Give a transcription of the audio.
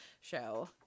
show